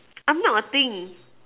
I'm not a thing